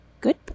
good